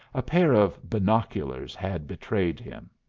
a pair of binoculars had betrayed him.